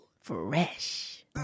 Fresh